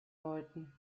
läuten